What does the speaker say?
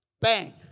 bang